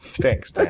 Thanks